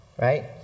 right